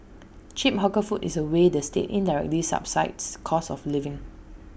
cheap hawker food is A way the state indirectly subsidises cost of living